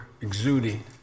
exuding